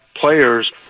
players